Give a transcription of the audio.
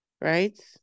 right